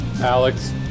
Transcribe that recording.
Alex